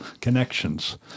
connections